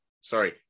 Sorry